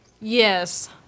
Yes